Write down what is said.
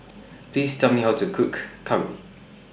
Please Tell Me How to Cook Curry